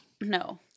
No